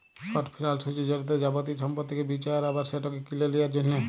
short ফিলালস হছে যেটতে যাবতীয় সম্পত্তিকে বিঁচা হ্যয় আবার সেটকে কিলে লিঁয়ার জ্যনহে